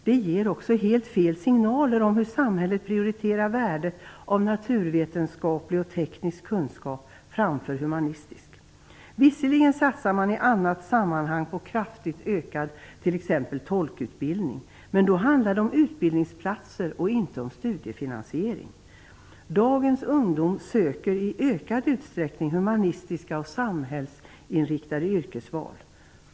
Det ger också helt fel signaler om hur samhället prioriterar värdet av naturvetenskaplig och teknisk kunskap framför humanistisk. Visserligen satsar man i annat sammanhang på kraftigt ökad utbildning, t.ex. tolkutbildning. Men då handlar det om utbildningsplatser och inte om studiefinansiering. Dagens ungdom söker i ökad utsträckning humanistiska och samhällsinriktade yrkesutbildningar.